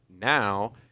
Now